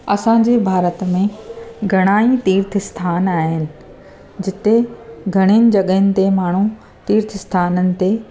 असांजे भारत में घणाई तीर्थ स्थान आहिनि जिते घणीनि जॻहनि ते माण्हू तीर्थ स्थाननि ते